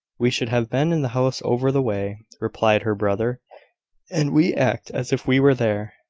we should have been in the house over the way, replied her brother and we act as if we were there.